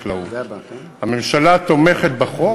הממשלה תומכת בחוק,